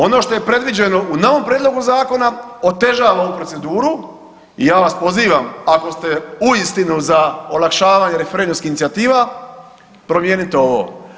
Ono što je predviđeno u novom Prijedlogu zakona otežava ovu proceduru i ja vas pozivam, ako ste uistinu za olakšavanje referendumskih inicijativa, promijenite ovo.